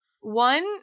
one